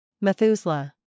Methuselah